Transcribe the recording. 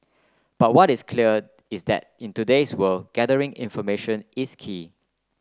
but what is clear is that in today's world gathering information is key